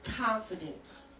confidence